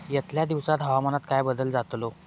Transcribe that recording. यतल्या दिवसात हवामानात काय बदल जातलो?